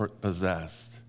possessed